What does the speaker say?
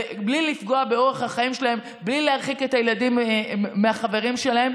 בלי לפגוע באורח החיים שלהם ובלי להרחיק את הילדים מהחברים שלהם.